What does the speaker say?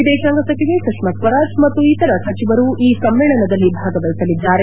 ವಿದೇತಾಂಗ ಸಚಿವೆ ಸುಷ್ಕಾ ಸ್ವರಾಜ್ ಮತ್ತು ಇತರ ಸಚಿವರು ಈ ಸಮ್ಮೇಳನದಲ್ಲಿ ಭಾಗವಹಿಸಲಿದ್ದಾರೆ